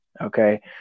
Okay